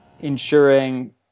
ensuring